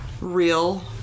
real